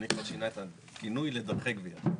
אדוני כבר שינה את הכינוי לדרכי גבייה.